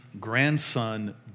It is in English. grandson